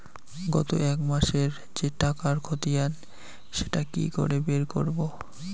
গত এক মাসের যে টাকার খতিয়ান সেটা কি করে বের করব?